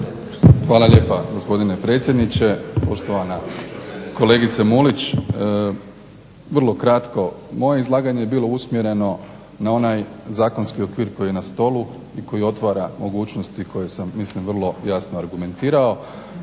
Hvala lijepa gospodine predsjedniče, poštovana kolegice Mulić. Vrlo kratko. Moje izlaganje je bilo usmjereno na onaj zakonski okvir koji je na stolu i koji otvara mogućnosti mislim vrlo jasno argumentirao,